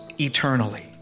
eternally